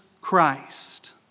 Christ